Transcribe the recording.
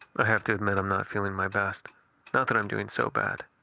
i have to admit, i'm not feeling my best not that i'm doing so bad,